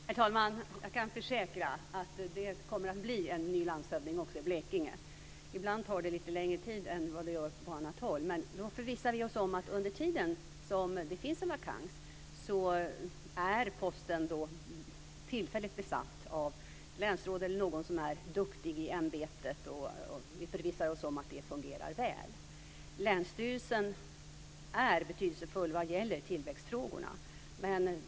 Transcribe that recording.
Herr talman! Jag kan försäkra att det kommer att bli en ny landshövding också i Blekinge. Ibland tar det lite längre tid. Men vi förvissar oss om att under den tid som det finns en vakans är posten tillfälligt besatt av ett länsråd eller någon som är duktig i ämbetet. Vi förvissar oss om att det fungerar väl. Länsstyrelsen är betydelsefull när det gäller tillväxtfrågorna.